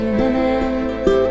minutes